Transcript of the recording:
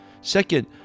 Second